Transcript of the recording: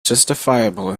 justifiable